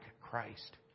Christ